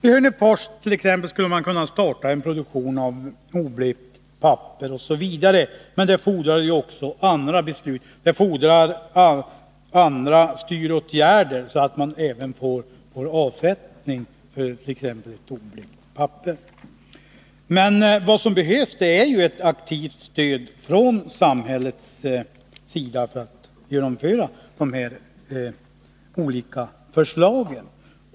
I Hörnefors t.ex. skulle man kunna starta en produktion av bl.a. oblekt papper, men det fordrar andra beslut och andra styråtgärder, så att man även får avsättning för produkterna. Vad som behövs är ett aktivt stöd från samhällets sida för att genomföra dessa förslag.